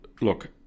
look